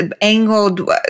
angled